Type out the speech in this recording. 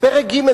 פרק ג',